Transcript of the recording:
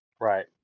Right